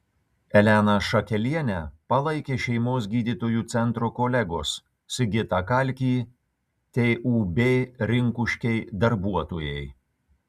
eleną šakelienę palaikė šeimos gydytojų centro kolegos sigitą kalkį tūb rinkuškiai darbuotojai